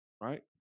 right